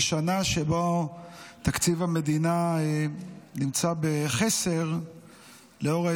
בשנה שבה תקציב המדינה נמצא בחסר לנוכח